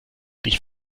dich